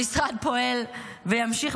המשרד פועל וימשיך,